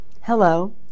Hello